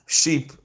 sheep